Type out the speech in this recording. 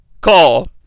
call